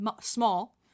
small